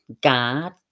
guard